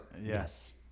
Yes